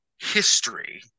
history